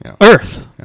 Earth